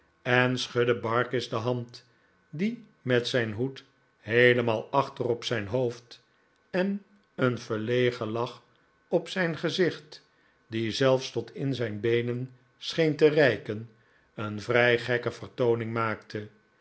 en schudden barkis de hand die met zijn hoed heelemaal achter op zijn hoofd en een verlegen lach op zijn gezicht die zelfs tot in zijn beenen scheen te reiken een vrij gekke vertooning maakte